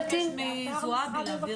תבקש מזועבי להעביר